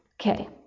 Okay